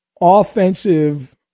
offensive